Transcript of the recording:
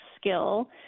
skill